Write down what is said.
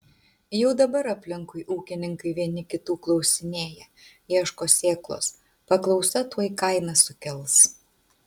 jau dabar aplinkui ūkininkai vieni kitų klausinėja ieško sėklos paklausa tuoj kainas sukels